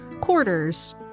quarters